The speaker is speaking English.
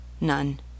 None